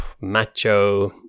macho